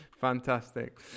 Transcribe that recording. Fantastic